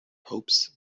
hopes